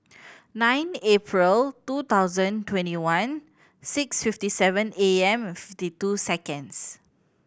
nine April two thousand twenty one six fifty seven A M fifty two seconds